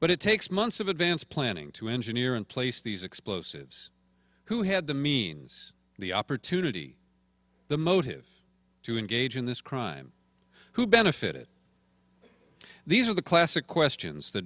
but it takes months of advanced planning to engineer in place these explosives who had the means the opportunity the motive to engage in this crime who benefited these are the classic questions th